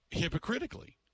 hypocritically